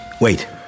Wait